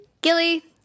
Gilly